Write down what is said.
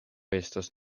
estas